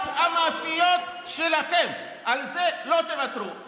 על הפיתות ועל המאפיות שלכם, על זה לא תוותרו.